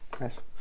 nice